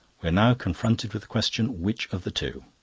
we are now confronted with the question which of the two?